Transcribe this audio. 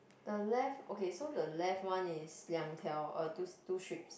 the left okay so the left one is 两条 uh two two strips